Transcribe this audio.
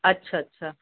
अच्छा अच्छा